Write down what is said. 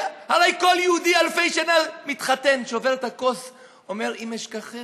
הרי אלפי שנה כל יהודי שמתחתן שובר את הכוס ואומר: "אם אשכחך